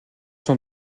sans